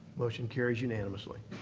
motion carries unanimously.